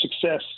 success